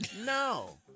no